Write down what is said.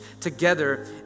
Together